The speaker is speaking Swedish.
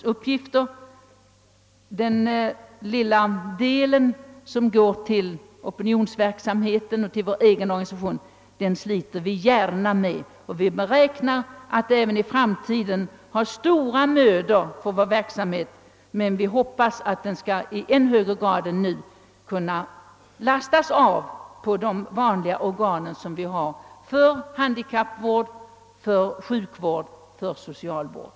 De uppgifter som gäller opinionsverksamheten och vår egen organisation åtar vi oss gärna. Vi räknar med att vi även i framtiden skall få arbeta hårt för vår verksamhet, men vi hoppas att den i högre grad skall kunna avlastas på härför lämpade samhällsorgan för handikappvård, för sjukvård och för socialvård.